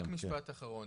משפט אחרון,